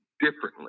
differently